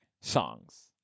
Songs